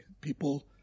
people